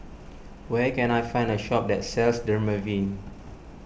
where can I find a shop that sells Dermaveen